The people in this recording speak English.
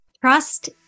Trust